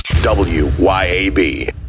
W-Y-A-B